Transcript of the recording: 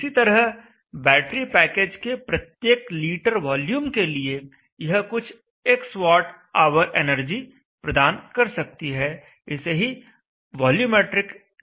इसी तरह battery package के प्रत्येक लीटर वॉल्यूम के लिए यह कुछ x वाट ऑवर एनर्जी प्रदान कर सकती है इसे ही वॉल्यूमैट्रिक डेंसिटी कहते हैं